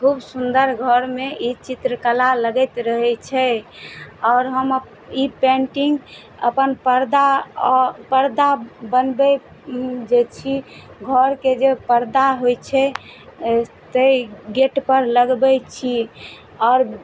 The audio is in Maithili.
खूब सुन्दर घरमे ई चित्रकला लगैत रहय छै आओर हम ई पेन्टिंग अपन पर्दा पर्दा बनबइ जे छी घरके जे पर्दा होइ छै तै गेट पर लगबइ छी आओर